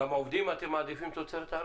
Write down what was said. גם עובדים, אתם מעדיפים תוצרת הארץ?